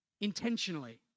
intentionally